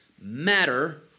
matter